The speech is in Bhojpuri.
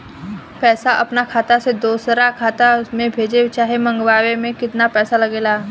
पैसा अपना खाता से दोसरा खाता मे भेजे चाहे मंगवावे में केतना पैसा लागेला?